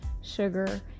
sugar